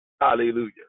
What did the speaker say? Hallelujah